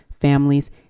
families